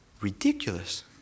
ridiculous